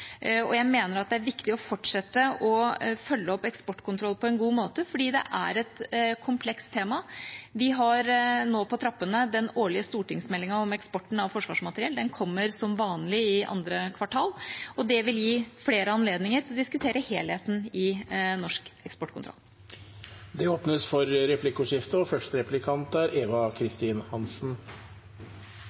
Jeg mener at det er viktig å fortsette å følge opp eksportkontroll på en god måte, fordi det er et komplekst tema. Vi har nå på trappene den årlige stortingsmeldinga om eksporten av forsvarsmateriell. Den kommer, som vanlig, i andre kvartal, og det vil gi flere anledninger til å diskutere helheten i norsk eksportkontroll. Det blir replikkordskifte. Det har som vanlig vært litt korrespondanse mellom komiteen og